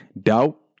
doubt